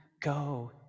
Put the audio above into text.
go